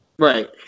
Right